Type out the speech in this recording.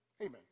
Amen